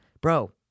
Bro